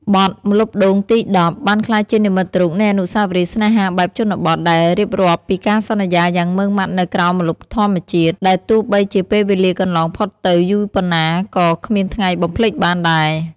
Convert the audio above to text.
បទ "ម្លប់ដូងទីដប់" បានក្លាយជានិមិត្តរូបនៃអនុស្សាវរីយ៍ស្នេហាបែបជនបទ ដែលរៀបរាប់ពីការសន្យាយ៉ាងម៉ឺងម៉ាត់នៅក្រោមម្លប់ធម្មជាតិ ដែលទោះបីជាពេលវេលាកន្លងផុតទៅយូរប៉ុណ្ណាក៏គ្មានថ្ងៃបំភ្លេចបានដែរ។